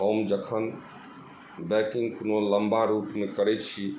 हम जखन बाइकिंग कोनो लम्बा रूटमे करै छी